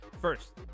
First